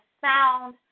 sound